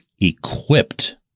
equipped